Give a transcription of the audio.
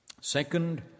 Second